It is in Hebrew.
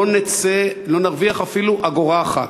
לא נרוויח אפילו אגורה אחת.